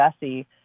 Jesse